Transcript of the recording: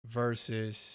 versus